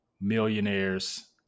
millionaires